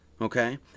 Okay